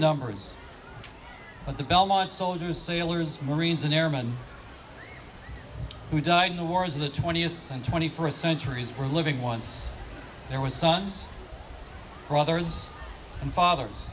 numbers of the belmont soldiers suitors marines an airman who died in the wars of the twentieth and twenty first centuries we're living once there was sons brothers and fathers